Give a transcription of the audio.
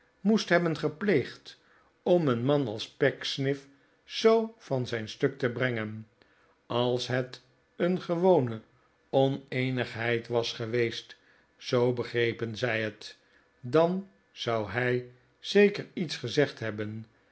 moest hebben gepleegd om een man als pecksniff zoo van zijn stuk te brengen als het een gewone oneenigheid was geweest zoo begrepen zij het dan zou hij zeker iets gezegd hebben